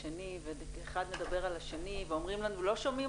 הדובר השני וכשאחד מדבר על השני ואומרים לנו 'לא שומעים